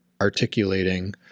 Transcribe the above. articulating